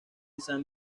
san